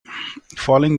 following